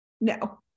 No